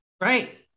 Right